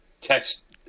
text